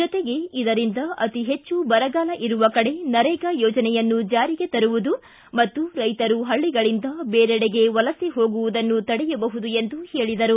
ಜೊತೆಗೆ ಇದರಿಂದ ಅತಿಹೆಚ್ಚು ಬರಗಾಲ ಇರುವ ಕಡೆ ನರೇಗಾ ಯೊಜನೆಯನ್ನು ಚಾರಿಗೆ ತರುವದು ಮತ್ತು ರೈತರು ಪಳ್ಳಗಳಿಂದ ಬೇರೆಡೆಗೆ ವಲಸೆ ಹೋಗುವುದನ್ನು ತಡೆಯಬಹುದು ಎಂದರು